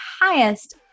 highest